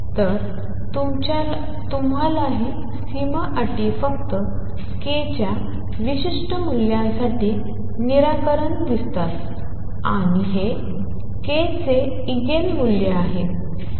तर तुम्हाला ही सीमा अटी फक्त k च्या विशिष्ट मूल्यांसाठी निराकरण दिसतात आणि हे k चे इगेन मूल्य आहे